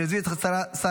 אני מזמין את שר הרווחה